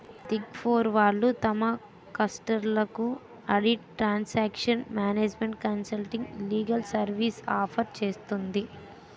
big four వాళ్ళు తమ క్లయింట్లకు audit, taxation, management consulting, legal సర్వీస్లను ఆఫర్ చేస్తుంది